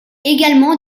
également